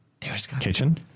Kitchen